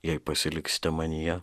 jei pasiliksite manyje